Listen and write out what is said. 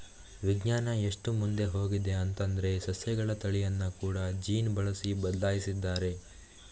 ವಿಜ್ಞಾನ ಎಷ್ಟು ಮುಂದೆ ಹೋಗಿದೆ ಅಂತಂದ್ರೆ ಸಸ್ಯಗಳ ತಳಿಯನ್ನ ಕೂಡಾ ಜೀನ್ ಬಳಸಿ ಬದ್ಲಾಯಿಸಿದ್ದಾರೆ